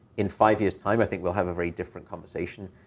in five years' time, i think we'll have a very different conversation.